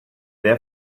their